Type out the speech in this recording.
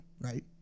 right